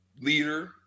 leader